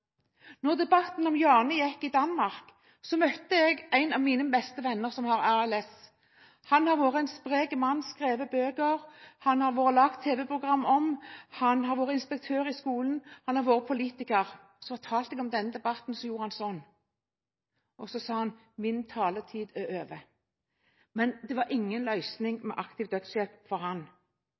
debatten om Jane gikk i Danmark, møtte jeg en av mine beste venner, som har ALS. Han har vært en sprek mann, skrevet bøker. Det har vært laget tv-program om ham, han har vært inspektør i skolen, han har vært politiker. Jeg fortalte om denne debatten. Da gjorde han sånn , og så sa han: Min taletid er over. Men aktiv dødshjelp var ingen